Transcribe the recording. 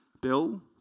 Bill